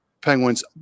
Penguins